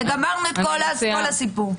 וגמרנו את כל הסיפור.